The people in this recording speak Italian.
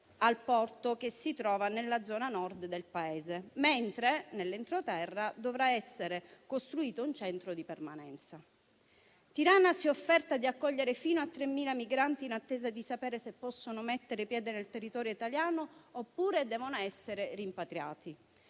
al porto che si trova nella zona Nord del Paese, mentre nell'entroterra dovrà essere costruito un centro di permanenza. Tirana si è offerta di accogliere fino a 3.000 migranti in attesa di sapere se possono mettere piede nel territorio italiano oppure devono essere rimpatriati.